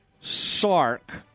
Sark